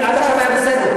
עד עכשיו היה בסדר?